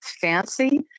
fancy